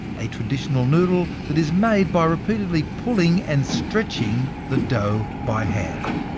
a traditional noodle that is made by repeatedly pulling and stretching the dough by hand.